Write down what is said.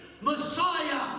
Messiah